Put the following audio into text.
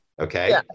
okay